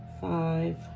five